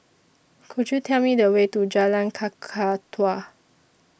Could YOU Tell Me The Way to Jalan Kakatua